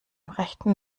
rechten